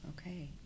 Okay